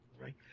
Right